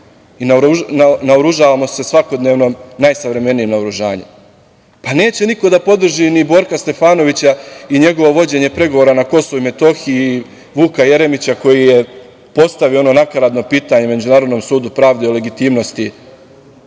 i naoružavamo se svakodnevno najsavremenijim naoružanjem. Neće niko da podrži ni Borka Stefanovića i njegovo vođenje pregovora na Kosovu i Metohiji i Vuka Jeremića koji je postavio ono nakaradno pitanje Međunarodnom sudu pravde legitimnosti,